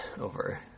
over